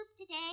today